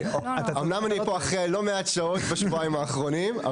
אמנם אני פה אחרי לא מעט שעות בשבועיים האחרונים,